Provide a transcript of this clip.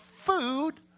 food